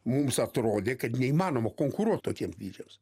mums atrodė kad neįmanoma konkuruot tokiem dydžiams